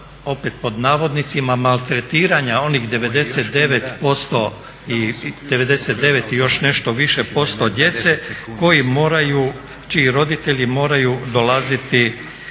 opet pod navodnicima "maltretiranja" onih 99% i još nešto više posto djece koji moraju, čiji roditelji moraju dolaziti